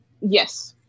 yes